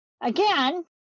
Again